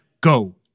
go